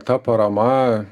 ta parama